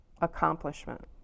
accomplishment